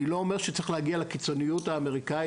אני לא אומר שצריך להגיע לקיצוניות האמריקנית,